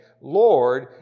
Lord